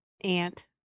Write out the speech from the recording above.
Aunt